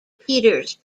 peters